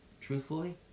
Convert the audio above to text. truthfully